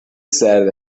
سرد